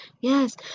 yes